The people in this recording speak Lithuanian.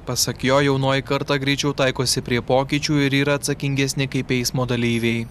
pasak jo jaunoji karta greičiau taikosi prie pokyčių ir yra atsakingesnė kaip eismo dalyviai